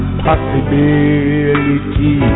possibility